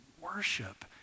worship